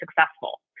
successful